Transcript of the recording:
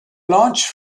launched